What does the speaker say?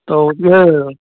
तो जो है